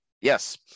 yes